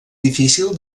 difícil